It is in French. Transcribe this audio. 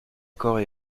corps